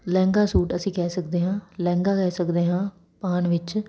lehenga suit ਅਸੀਂ ਕਹਿ ਸਕਦੇ ਹਾਂ ਲਹਿੰਗਾ ਕਹਿ ਸਕਦੇ ਹਾਂ ਪਾਉਣ ਵਿੱਚ